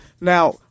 now